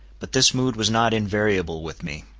but this mood was not invariable with me.